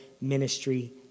ministry